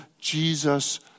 Jesus